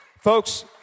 Folks